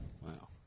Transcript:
Wow